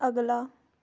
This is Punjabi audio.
ਅਗਲਾ